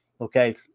okay